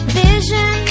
vision